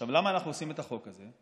למה אנחנו עושים את החוק הזה?